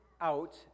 out